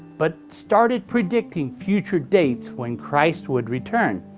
but started predicting future dates when christ would return.